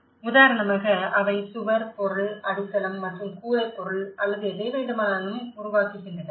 உதாரணமாக அவை சுவர் பொருள் அடித்தளம் மற்றும் கூரை பொருள் அல்லது எதை வேண்டுமானாலும் உருவாக்குகின்றன